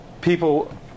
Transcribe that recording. people